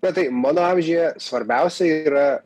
na tai mano amžiuje svarbiausia yra